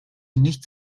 nichts